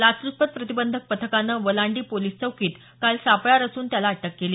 लाचल्चपत प्रतिबंधक पथकानं वलांडी पोलीस चौकीत काल सापळा रचून त्याला अटक केली